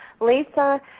Lisa